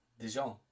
Dijon